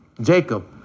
Jacob